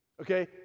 okay